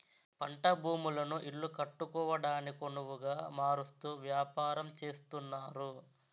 పంట భూములను ఇల్లు కట్టుకోవడానికొనవుగా మారుస్తూ వ్యాపారం చేస్తున్నారు